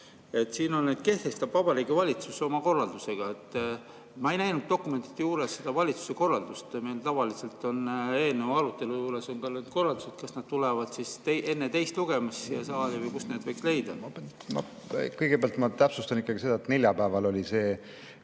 on kirjas, et kehtestab Vabariigi Valitsus oma korraldusega. Ma ei näinud dokumentide juures seda valitsuse korraldust. Meil tavaliselt on eelnõu juures ka need korraldused. Kas need tulevad enne teist lugemist siia saali või kust neid võiks leida? Kõigepealt, ma täpsustan ikkagi seda, et neljapäeval pidin